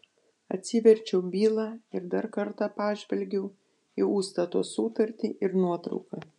atsiverčiau bylą ir dar kartą pažvelgiau į užstato sutartį ir nuotrauką